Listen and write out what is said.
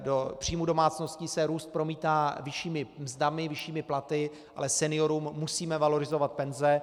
Do příjmů domácností se růst promítá vyššími mzdami, vyššími platy, ale seniorům musíme valorizovat penze.